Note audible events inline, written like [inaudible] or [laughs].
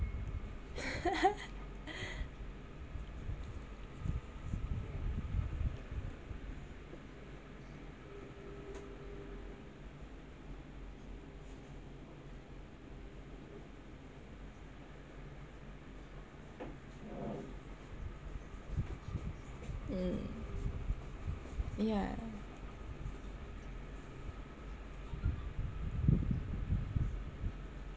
[laughs] mm yah